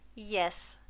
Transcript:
yes,